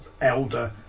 elder